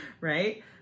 right